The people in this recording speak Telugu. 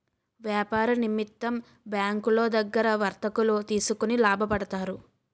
వ్యాపార నిమిత్తం బ్యాంకులో దగ్గర వర్తకులు తీసుకొని లాభపడతారు